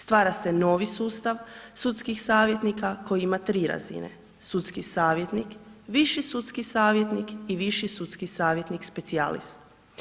Stvara se novi sustav sudskih savjetnika koji ima tri razine, sudski savjetnik, viši sudski savjetnik i viši sudski savjetnik specijalist.